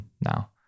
now